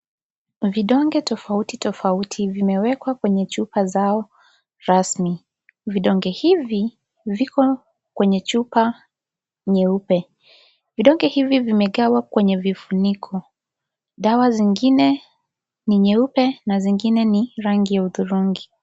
Vidonge tofauti tofauti vimewekwa kwenye chupa zao rasmi. Vidonge hivi, viko kwenye chupa nyeupe. Vidonge hivi vimegawa kwenye vifuniko. Dawa zingine ni nyeupe na zingine ni rangi ya hudhurungi.